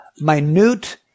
minute